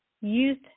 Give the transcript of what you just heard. youth